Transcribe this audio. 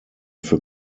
für